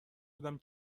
بودم